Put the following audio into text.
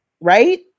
Right